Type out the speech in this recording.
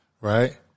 Right